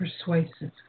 persuasive